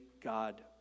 God